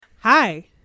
Hi